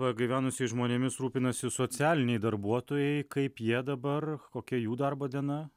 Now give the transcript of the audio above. pagyvenusiais žmonėmis rūpinasi socialiniai darbuotojai kaip jie dabar kokia jų darbo diena